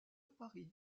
paris